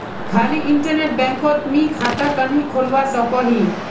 खाली इन्टरनेट बैंकोत मी खाता कन्हे खोलवा सकोही?